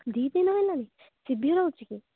ଦୁଇ ଦିନ ହେଲାଣି ସିଭିୟର୍ ହେଉଛି କି